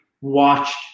watched